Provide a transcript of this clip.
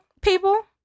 people